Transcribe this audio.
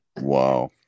Wow